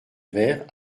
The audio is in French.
verts